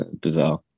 Bizarre